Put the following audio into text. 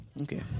Okay